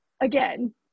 again